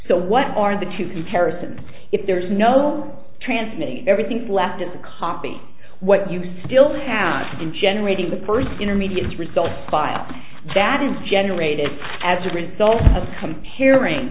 so what are the two comparisons if there is no transmitting everything left in the copy what you still have in generating the first intermediate results file that is generated as a result of comparing